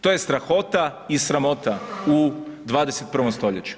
To je strahota i sramota u 21. stoljeću.